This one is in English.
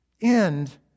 end